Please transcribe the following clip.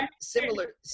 similar-